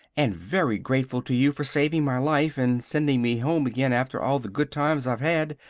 and very grateful to you for saving my life and sending me home again after all the good times i've had.